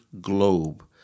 globe